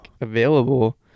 available